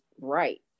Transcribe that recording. right